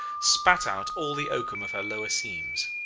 spat out all the oakum of her lower seams.